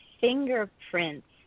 fingerprints